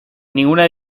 ninguna